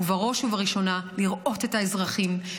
ובראש ובראשונה לראות את האזרחים,